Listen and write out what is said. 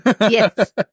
yes